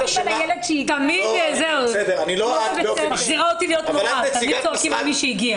תמיד מענישים את מי שהגיע.